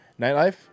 Nightlife